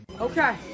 Okay